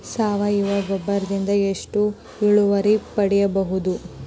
ಸಾವಯವ ಗೊಬ್ಬರದಿಂದ ಎಷ್ಟ ಇಳುವರಿ ಪಡಿಬಹುದ?